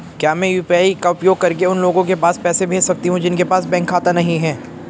क्या मैं यू.पी.आई का उपयोग करके उन लोगों के पास पैसे भेज सकती हूँ जिनके पास बैंक खाता नहीं है?